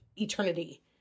eternity